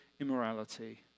immorality